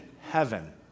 heaven